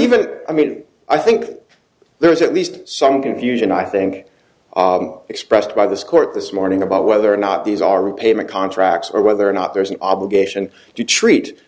even i mean i think there is at least some confusion i think expressed by this court this morning about whether or not these are repayment contracts or whether or not there's an obligation to treat